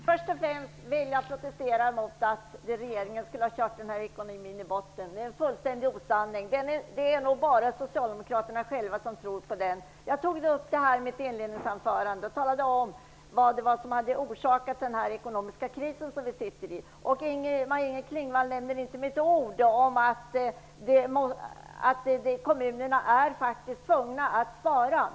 Fru talman! Först och främst vill jag protestera mot påståendet att regeringen skulle ha kört ekonomin i botten. Det är en fullständig osanning. Det är nog bara socialdemokraterna själva som tror på det. I mitt inledningsanförande tog jag upp vad som har orsakat den ekonomiska kris som vi har. Maj-Inger Klingvall nämnde inte med ett ord att kommunerna faktiskt är tvungna att spara.